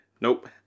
Nope